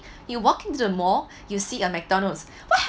you walking to the mall you see a McDonald's what